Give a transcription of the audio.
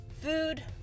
food